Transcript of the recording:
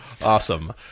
Awesome